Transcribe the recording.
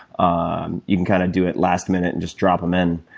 um you can kind of do it last minute and just drop them in.